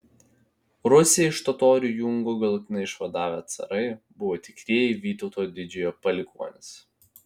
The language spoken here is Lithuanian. rusią iš totorių jungo galutinai išvadavę carai buvo tikrieji vytauto didžiojo palikuonys